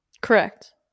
Correct